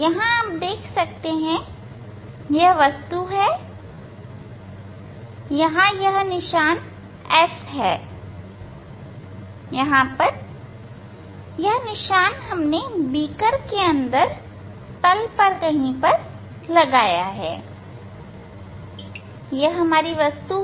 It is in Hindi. यहां आप देख सकते हैं कि यह वस्तु है यहां यह निशान S है यह निशान हमने बीकर के अंदर तल पर कहीं लगा रखा है यह हमारी वस्तु है